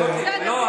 תני לו לנמק.